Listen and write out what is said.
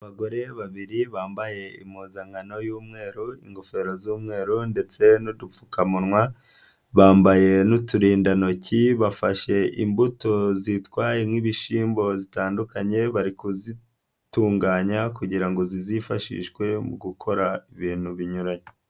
Abagore babiri bambaye impuzankano y'umweru ingofero z'umweru ndetse n'udupfukamunwa, bambaye n'uturindantoki bafashe imbuto zitwaye nk'ibishyimbo zitandukanye, bari kuzitunganya kugira ngo zizifashishwe mu gukora ibintu binyuranye.